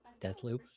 Deathloop